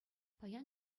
паян